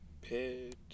Pit